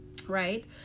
right